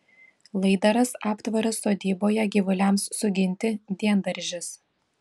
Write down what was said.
laidaras aptvaras sodyboje gyvuliams suginti diendaržis